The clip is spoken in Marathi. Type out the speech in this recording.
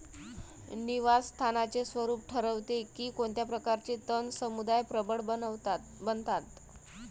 निवास स्थानाचे स्वरूप ठरवते की कोणत्या प्रकारचे तण समुदाय प्रबळ बनतात